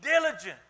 diligent